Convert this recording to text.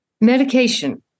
Medication